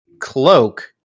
Cloak